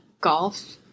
golf